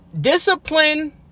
discipline